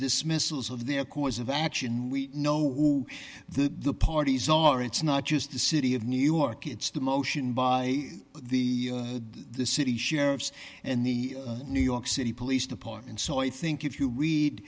dismissals of their course of action we know who the parties are it's not just the city of new york it's the motion by the the city sheriffs and the new york city police department so i think if you read